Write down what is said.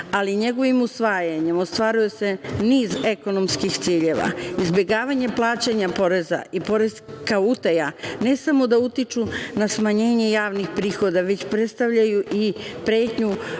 Ali, njegovim usvajanjem ostvaruje se niz ekonomskih ciljeva. Izbegavanje plaćanja poreza i poreska utaja ne samo da utiču na smanjenje javnih prihoda, već predstavljaju i pretnju